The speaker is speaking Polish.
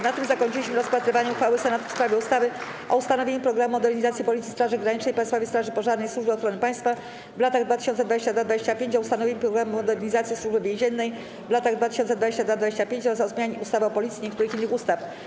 Na tym zakończyliśmy rozpatrywanie uchwały Senatu w sprawie ustawy o ustanowieniu „Programu modernizacji Policji, Straży Granicznej, Państwowej Straży Pożarnej i Służby Ochrony Państwa w latach 2022-2025”, o ustanowieniu „Programu modernizacji Służby Więziennej w latach 2022-2025” oraz o zmianie ustawy o Policji i niektórych innych ustaw.